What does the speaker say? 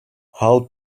how